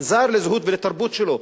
זר לזהות ולתרבות שלו,